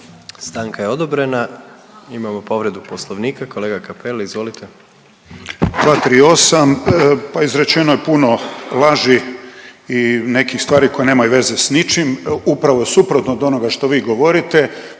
Stanka je odobrena. Imamo povredu Poslovnika, kolega Šašlin, izvolite.